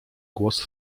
głos